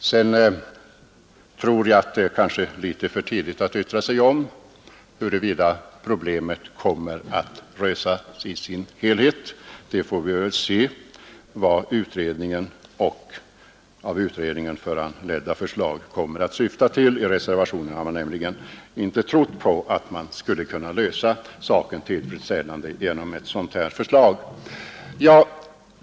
89 Det är kanske något för tidigt att yttra sig om huruvida problemet kommer att lösas i sin helhet. Vi får väl se vad utredningen och av utredningen föranledda förslag kommer att syfta till. I reservationen har man nämligen inte trott på att saken skulle kunna lösas tillfredsställande genom ett sådant här förslag.